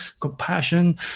compassion